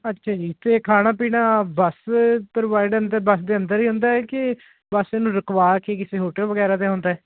ਅੱਛਾ ਜੀ ਫੇਰ ਖਾਣਾ ਪੀਣਾ ਬੱਸ ਪ੍ਰੋਵਾਈਡ ਅੰਦਰ ਬੱਸ ਦੇ ਅੰਦਰ ਹੀ ਹੁੰਦਾ ਕਿ ਬੱਸ ਨੂੰ ਰੁਕਵਾ ਕੇ ਕਿਸੇ ਹੋਟਲ ਵਗੈਰਾ ਤੇ ਹੁੰਦਾ